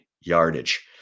yardage